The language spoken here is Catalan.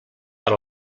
per